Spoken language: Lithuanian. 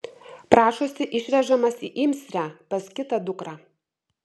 prašosi išvežamas į imsrę pas kitą dukrą